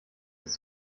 ist